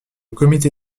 comité